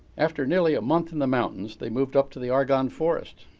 after nearly a month in the mountains, they moved up to the argonne forest.